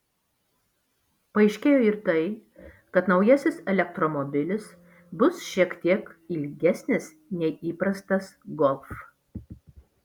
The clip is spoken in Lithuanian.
paaiškėjo ir tai kad naujasis elektromobilis bus šiek tiek ilgesnis nei įprastas golf